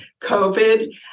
COVID